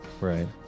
Right